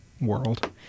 world